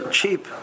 cheap